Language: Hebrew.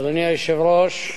אדוני היושב-ראש,